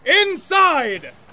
Inside